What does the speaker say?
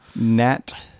Nat